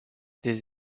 des